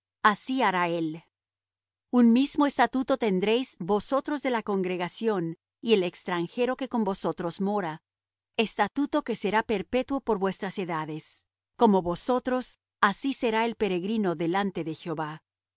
así hará él un mismo estatuto tendréis vosotros de la congregación y el extranjero que con vosotros mora estatuto que será perpetuo por vuestras edades como vosotros así será el peregrino delante de jehová